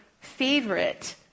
favorite